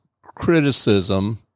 criticism